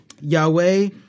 Yahweh